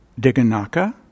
Diganaka